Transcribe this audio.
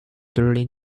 during